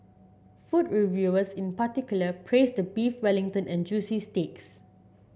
food reviewers in particular praised the Beef Wellington and juicy steaks